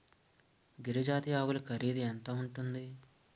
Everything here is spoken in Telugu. గిరి జాతి ఆవులు ఖరీదు ఎంత ఉంటుంది?